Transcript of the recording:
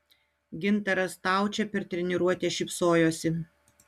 gintaras staučė per treniruotę šypsojosi